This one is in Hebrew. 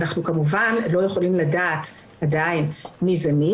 אנחנו כמובן לא יכולים לדעת עדיין מי זה מי,